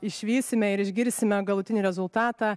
išvysime ir išgirsime galutinį rezultatą